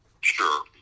Sure